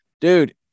Dude